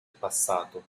passato